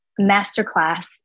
masterclass